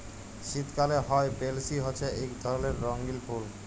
শীতকালে হ্যয় পেলসি হছে ইক ধরলের রঙ্গিল ফুল